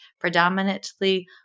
predominantly